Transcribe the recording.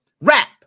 Rap